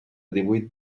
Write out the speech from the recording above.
divuit